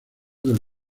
del